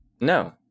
No